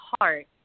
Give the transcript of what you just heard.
heart